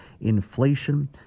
inflation